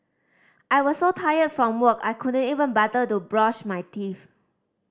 I was so tired from work I couldn't even bother to brush my teeth